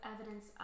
evidence